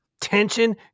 tension